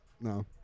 No